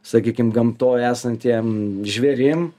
sakykim gamtoj esantiem žvėrim